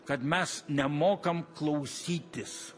kad mes nemokam klausytis